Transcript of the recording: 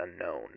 unknown